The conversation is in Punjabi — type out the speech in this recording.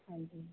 ਹਾਂਜੀ